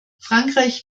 frankreich